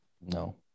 No